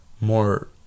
more